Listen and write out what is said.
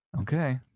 Okay